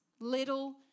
Little